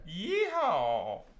Yeehaw